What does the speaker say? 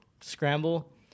scramble